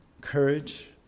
courage